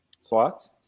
Slots